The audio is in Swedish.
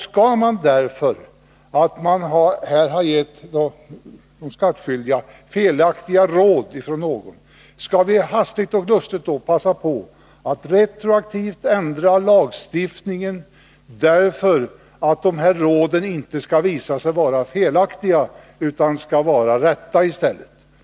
Skall vi, därför att någon har gett de skattskyldiga felaktiga råd, hastigt och lustigt nu passa på att retroaktivt ändra lagstiftningen för att de här råden inte skall visa sig vara felaktiga utan riktiga i stället?